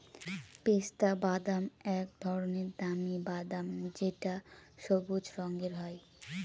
পেস্তা বাদাম এক ধরনের দামি বাদাম যেটা সবুজ রঙের হয়